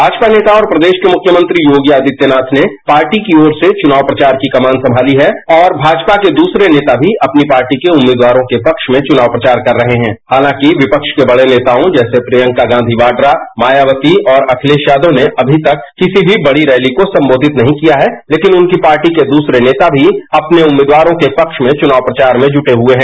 माजपा नेता और प्रदेश के मुख्यमंत्री योगी आदित्यनाथ ने पार्टी की ओर से चुनाव प्रचार की कमान संमाली है और पार्टी के दूसरे नेता भी अपनी पार्टी के उम्मीदवारों के पद्म में चुनाव प्रचार कर रहे हैं हालांकि विपक्ष के बड़े नेताओं जैसे प्रियंका गांधी वाड्रा मायावती और अखिलेश यादव ने अभी तक किसी भी बड़ी रैली को संबोधित नहीं किया है लेकिन उनकी पार्टी के दूसरे नेता अपने उम्मीदवारों के पक्ष में चुनाव प्रचार में जुटे हुए हैं